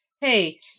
hey